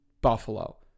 Buffalo